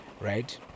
right